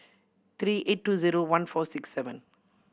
three eight two zero one four six seven